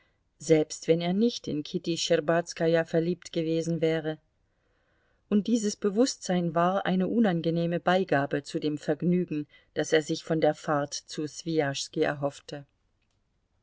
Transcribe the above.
selbst wenn er nicht in kitty schtscherbazkaja verliebt gewesen wäre und dieses bewußtsein war eine unangenehme beigabe zu dem vergnügen das er sich von der fahrt zu swijaschski erhoffte